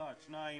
דבר שני,